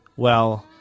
well,